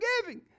giving